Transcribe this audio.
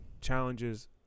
challenges